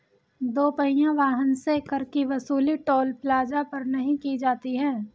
दो पहिया वाहन से कर की वसूली टोल प्लाजा पर नही की जाती है